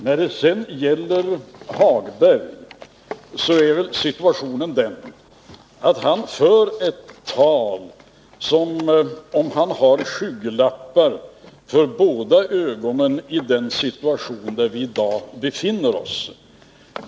Vidare: Lars-Ove Hagberg diskuterar som om han hade skygglappar för båda ögonen vad gäller den situation där vi i dag befinner oss.